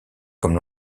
comme